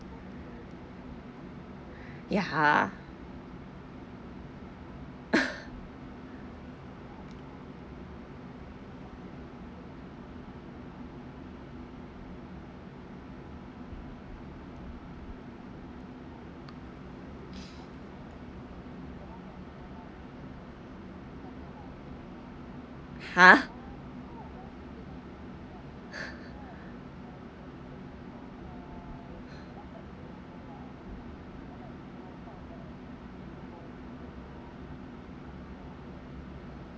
ya !huh!